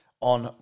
on